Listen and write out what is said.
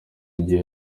igihe